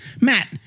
Matt